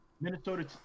Minnesota